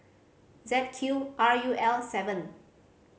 Z Q R U L seven